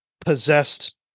possessed